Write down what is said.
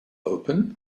open